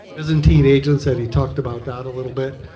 byzantine agents, eddie talked about that a little bit.